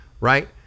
right